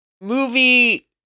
movie